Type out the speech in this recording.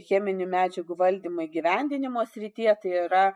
cheminių medžiagų valdymo įgyvendinimo srityje tai yra